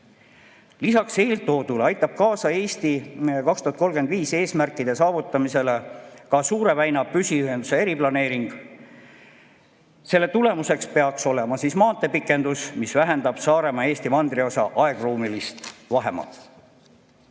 Lisaks eeltoodule aitab "Eesti 2035" eesmärkide saavutamisele kaasa Suure väina püsiühenduse eriplaneering. Selle tulemuseks peaks olema maanteepikendus, mis vähendab Saaremaa ja Eesti mandriosa aegruumilist vahemaad.